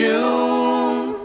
June